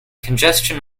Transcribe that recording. congestion